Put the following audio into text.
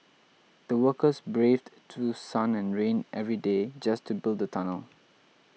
the workers braved through sun and rain every day just to build the tunnel